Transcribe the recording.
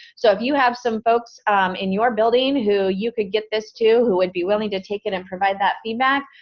so if you have some folks in your building who you could get this to, who would be willing to take it and provide that feedback,